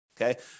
Okay